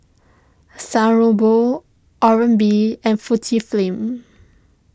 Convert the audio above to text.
San Remo Oral B and Fujifilm